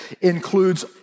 includes